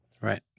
Right